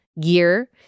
gear